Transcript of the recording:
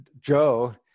Joe